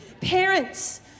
Parents